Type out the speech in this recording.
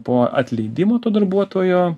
po atleidimo to darbuotojo